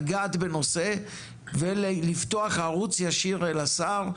לגעת בנושא ולפתוח ערוץ ישיר אל השר,